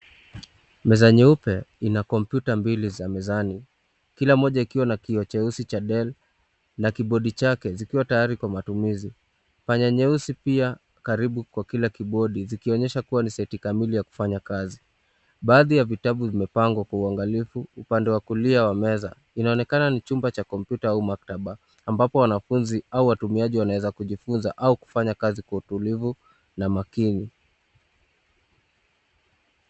Meza nyeupe ina kompyuta mbili za mezani, kila moja ikiwa na kioo cheusi cha [dell] na kibodi chake zikiwa tayari kwa matumizi. Panya nyeusi pia, karibu na kila kibodi zikionyesha kuwa ni seti kamili ya kufanya kazi. Baadhi ya vitabu vimepangwa kwa uangalifu upande wa kulia wa meza. Inaonekana ni chumba cha kompyuta huu maktaba ambapo wanafunzi au watumiaji wanaweza kujifunza au kufanya kazi kwa utulivu na makini.